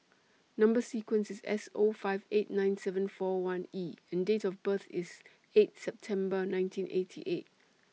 Number sequence IS S O five eight nine seven four one E and Date of birth IS eight September nineteen eighty eight